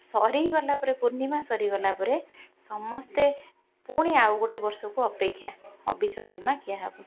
ସରିଗଲା ପରେ ପୂର୍ଣ୍ଣିମା ସରିଗଲା ପରେ ସମସ୍ତେ ପୁଣି ଆଉ ଗୋଟେ ବର୍ଷକୁ ଅପେକ୍ଷା ହବିଷ ଡାଲମା ଖିଆ ହବ